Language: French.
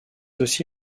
aussi